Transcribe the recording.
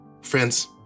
Friends